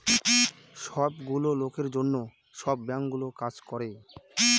সব গুলো লোকের জন্য সব বাঙ্কগুলো কাজ করে